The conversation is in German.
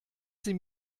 sie